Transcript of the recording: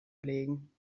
legen